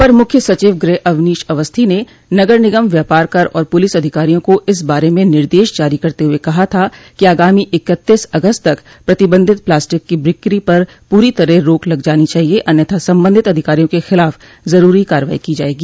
अपर मुख्य सचिव गृह अवनीश अवस्थी ने नगर निगम व्यापार कर और पुलिस अधिकारियों को इस बारे म निर्देश जारी करते हुए कहा था कि आगामी इकतीस अगस्त तक प्रतिबंधित प्लास्टिक की बिक्री पर पूरी तरह रोक लग जानी चाहिये अन्यथा संबंधित अधिकारियों के खिलाफ़ जरूरी कार्रवाई की जायेगी